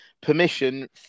permission